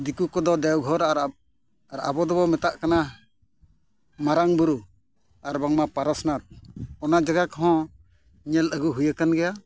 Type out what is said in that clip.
ᱫᱤᱠᱩ ᱠᱚᱫᱚ ᱫᱮᱣᱜᱷᱚᱨ ᱟᱨ ᱟᱵᱚ ᱫᱚᱵᱚᱱ ᱢᱮᱛᱟᱜ ᱠᱟᱱᱟ ᱢᱟᱨᱟᱝ ᱵᱩᱨᱩ ᱟᱨ ᱵᱟᱝᱢᱟ ᱯᱚᱨᱮᱥᱱᱟᱛᱷ ᱚᱱᱟ ᱡᱟᱭᱜᱟ ᱠᱚᱦᱚᱸ ᱧᱮᱞ ᱟᱹᱜᱩ ᱦᱩᱭᱟᱠᱟᱱ ᱜᱮᱭᱟ